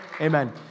Amen